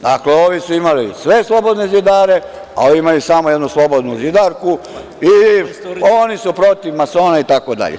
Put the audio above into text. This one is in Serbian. Dakle, ovi su imali sve slobodne zidare, a ovi imaju samo jednu slobodnu zidarku i oni su protiv masona i tako dalje.